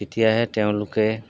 তেতিয়াহে তেওঁলোকে